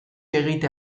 egite